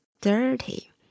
dirty